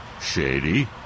shady